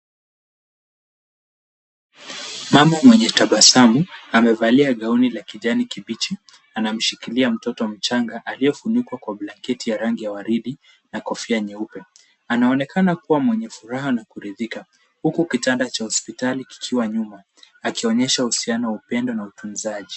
Mama mwenye tabasamu amevalia gauni la kijani kibichi ana mshikilia mtoto mchanga aliyefunikwa kwa blanketi ya rangi ya waridi, na kofia nyeupe. Anaonekana kuwa mwenye furaha na kuridhika. Huku kitanda cha hospitali kikiwa nyuma, akaonyesha uhusiano wa upendo na watumizaji.